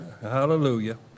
Hallelujah